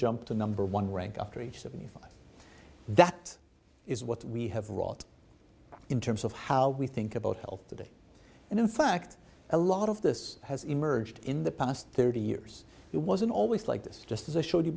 jump to number one rank after age seventy five that is what we have wrought in terms of how we think about health today and in fact a lot of this has emerged in the past thirty years it wasn't always like this just as i showed you